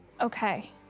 Okay